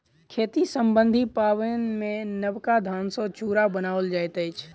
खेती सम्बन्धी पाबनिमे नबका धान सॅ चूड़ा बनाओल जाइत अछि